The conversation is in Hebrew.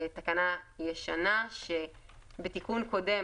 תקנה ישנה שבתיקון קודם,